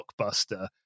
Blockbuster